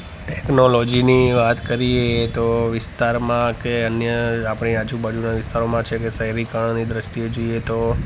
ટૅક્નોલોજીની વાત કરીએ તો વિસ્તારમાં કે અન્ય આપણી આજુબાજુનાં વિસ્તારમાં છે તે શહેરીકરણની દૃષ્ટિએ જોઈએ તો